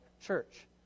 church